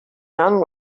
done